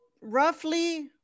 roughly